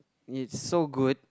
it's so good